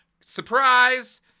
Surprise